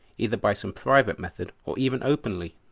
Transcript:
either by some private method or even openly.